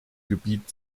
gebiet